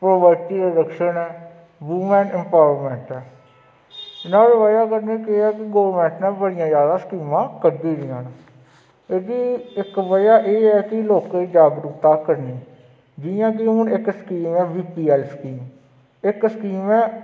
poverty दे लक्षण ऐ वुमन एंपावरमेंट ऐ नुहाड़ी बजह् कन्नै केह् ऐ कि गौरमेंट ने बड़ियां जादा स्कीमां कड्ढी दियां न एह्दी इक बजह् एह् कि लोकें ई जागरूकता करनी जि'यां कि हून इक scheme B P L scheme इक स्कीम ऐ